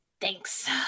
Thanks